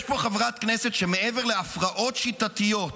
יש פה חברת כנסת שמעבר להפרעות שיטתיות,